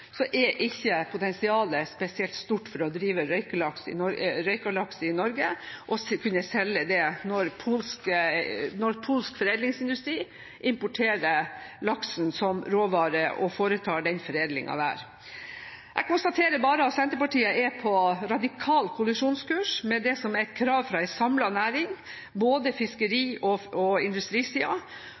er ikke potensialet spesielt stort for å drive med røyking av laks i Norge, og å kunne selge det, når polsk foredlingsindustri importerer laksen som råvare og foretar foredlingen der. Jeg konstaterer bare at Senterpartiet er på radikal kollisjonskurs med det som er et krav fra en samlet næring, både fra fiskeri- og industrisiden, at dette med bedre markedsadgang og